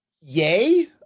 Yay